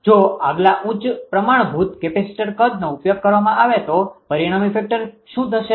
જો આગલા ઉચ્ચ પ્રમાણભૂત કેપેસિટર કદનો ઉપયોગ કરવામાં આવે તો પરિણામી પાવર ફેક્ટર શું હશે